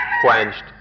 quenched